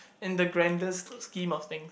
in the grandest scheme of things